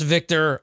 Victor